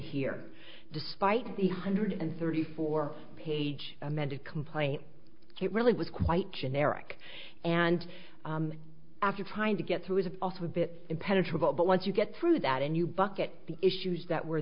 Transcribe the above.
here despite the hundred and thirty four page amended complaint it really was quite generic and after trying to get through is also a bit impenetrable but once you get through that and you bucket the issues that were